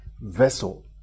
vessel